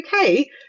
okay